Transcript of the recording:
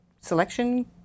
selection